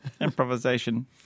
improvisation